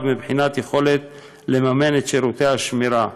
מבחינת היכולת לממן את שירותי השמירה.